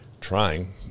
trying